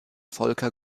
volker